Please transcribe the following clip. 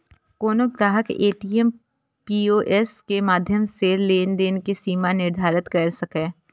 कोनो ग्राहक ATM, POS के माध्यम सं लेनदेन के सीमा निर्धारित कैर सकैए